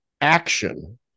action